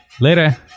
Later